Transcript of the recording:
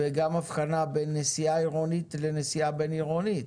וגם הבחנה בין נסיעה עירונית לנסיעה בין-עירונית.